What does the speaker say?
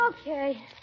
Okay